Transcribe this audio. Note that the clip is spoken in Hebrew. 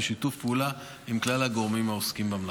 בשיתוף פעולה עם כלל הגורמים העוסקים במלאכה.